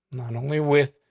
not only with,